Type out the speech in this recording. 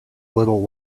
little